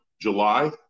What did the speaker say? July